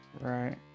right